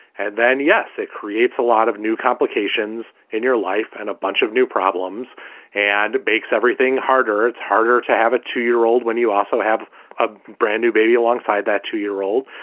and then, yes, it creates a lot of new complications in your life and a bunch of new problems and makes everything harder. it's harder to have a two year old when you also have a brand new baby alongside that two year old.